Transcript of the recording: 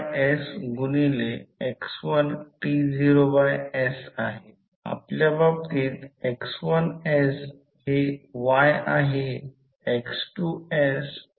आता हे जेव्हा 3 डॉट असतात तेव्हा मला परीक्षेच्या उद्देशाने एक गोष्ट सांगू द्या 3 डॉट लागणाऱ्या वेळेमुळे थोडे जड जाते